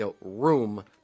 room